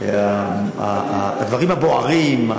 הדברים הבוערים,